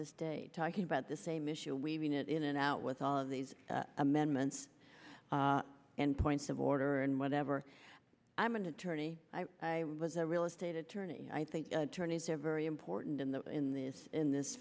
this day talking about the same issue waving it in and out with all of these amendments and points of order and whatever i'm an attorney i was a real estate attorney i think tourney's are very important in the in this in this